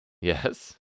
Yes